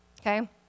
okay